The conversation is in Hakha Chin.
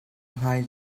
hmai